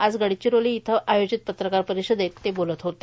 आज गडचिरोली इथं आयोजित पत्रकार परिषदेत ते बोलत होते